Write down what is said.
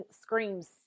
screams